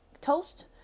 toast